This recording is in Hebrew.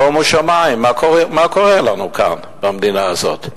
שומו שמים, מה קורה לנו כאן במדינה הזאת?